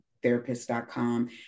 therapist.com